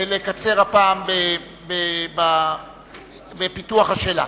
לקצר הפעם בפיתוח השאלה.